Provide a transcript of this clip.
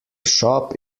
shop